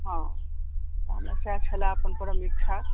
हँ हमरा सएह छले अपन परम इच्छा